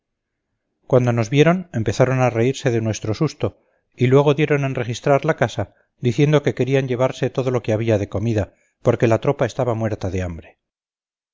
cuando nos vieron empezaron a reírse de nuestro susto y luego dieron en registrar la casa diciendo que querían llevarse todo lo que había de comida porque la tropa estaba muerta de hambre